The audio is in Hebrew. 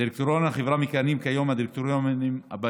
בדירקטוריון החברה מכהנים כיום הדירקטורים האלה: